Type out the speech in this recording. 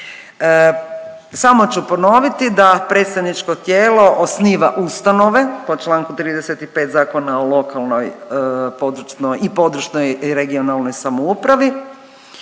Samo ću ponoviti da predstavničko tijelo osniva ustanove, po čl. 35. Zakona o lokalnoj i područnoj i regionalnoj samoupravi,